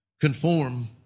conform